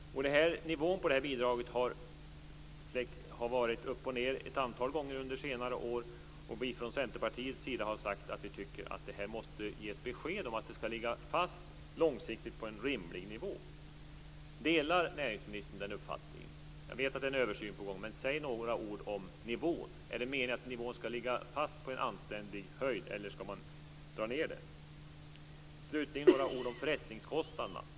Nivån på det här bidraget har gått upp och ned ett antal gånger under senare år, och vi från Centerpartiets sida har sagt att vi tycker att det måste ges besked om att det skall ligga fast långsiktigt på en rimlig nivå. Delar närinsministern den uppfattningen? Jag vet att det är en översyn på gång. Men säg några ord om nivån! Är det meningen att bidraget skall ligga fast på en anständig nivå, eller skall man dra ned det? Jag skall slutligen säga några ord om förrättningskostnaderna.